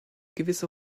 gewisse